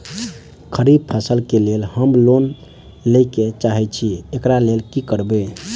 खरीफ फसल केँ लेल हम लोन लैके चाहै छी एकरा लेल की करबै?